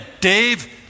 Dave